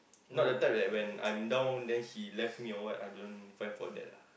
not the type that when I'm down then she left me or what I don't fight for that lah